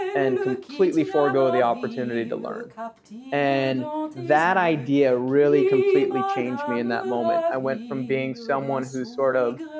and completely forego the opportunity to learn and that idea really completely changed me in that moment. i went from being someone who sort of.